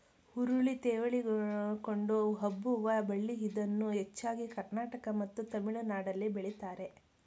ಹುರುಳಿ ತೆವಳಿಕೊಂಡು ಹಬ್ಬುವ ಬಳ್ಳಿ ಇದನ್ನು ಹೆಚ್ಚಾಗಿ ಕರ್ನಾಟಕ ಮತ್ತು ತಮಿಳುನಾಡಲ್ಲಿ ಬೆಳಿತಾರೆ